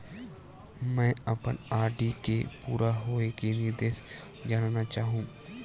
मैं अपन आर.डी के पूरा होये के निर्देश जानना चाहहु